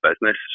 business